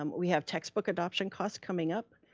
um we have textbook adoption costs coming up.